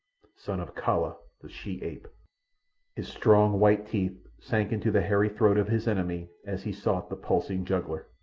son of kala the she-ape. his strong, white teeth sank into the hairy throat of his enemy as he sought the pulsing jugular.